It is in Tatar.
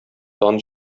дан